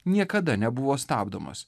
niekada nebuvo stabdomos